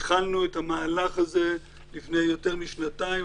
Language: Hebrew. התחלנו את המהלך הזה לפני יותר משנתיים,